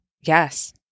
yes